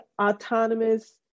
autonomous